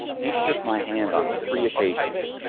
he shook my hand on three occasions.